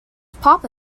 papa